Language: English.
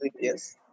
yes